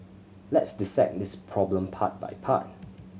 let's dissect this problem part by part